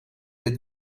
êtes